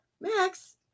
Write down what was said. Max